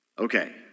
Okay